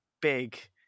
big